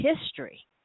history